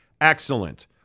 excellent